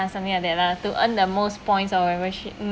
ya something like that lah to earn the most points however shit mm